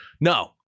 No